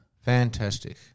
Fantastic